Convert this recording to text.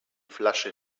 flasche